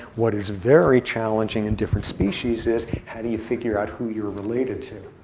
what is very challenging in different species is, how do you figure out who you are related to?